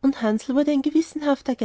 und hansl wurde ein gewissenhafter